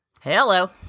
Hello